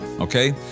okay